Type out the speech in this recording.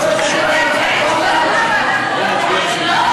הצעת חוק-יסוד: